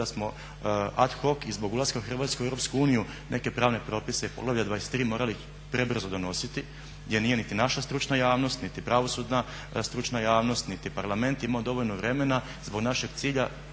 da smo ad hoc i zbog ulaska Hrvatske u EU neke pravne propise i Poglavlje XXIII. morali prebrzo donositi, jer nije niti naša stručna javnost, niti pravosudna stručna javnost niti Parlament imao dovoljno vremena zbog našeg cilja